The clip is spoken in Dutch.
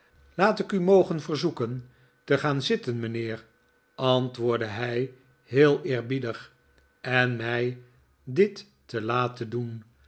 laat ik u mogen verzoeken te gaan zitten mijnheer antwc rdde hij heel eerbiedig en mij dit te iiten doen